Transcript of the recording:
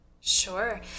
Sure